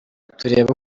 tureba